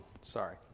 Sorry